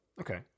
Okay